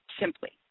simply